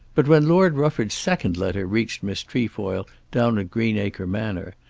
but when lord rufford's second letter reached miss trefoil down at greenacre manor,